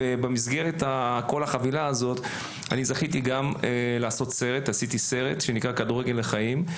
במסגרת כל החבילה הזאת זכיתי גם לעשות סרט שנקרא "כדורגל לחיים",